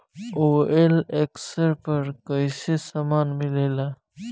OLX पर कइसन सामान मीलेला?